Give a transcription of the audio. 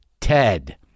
Ted